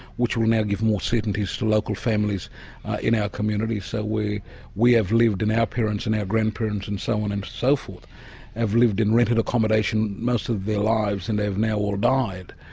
which will now give more certainty to local families in our communities. so we we have lived and our parents and our grandparents and so on and so forth have lived in rented accommodation most of their lives and they've now all died,